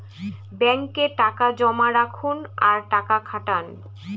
ব্যাঙ্কে টাকা জমা রাখুন আর টাকা খাটান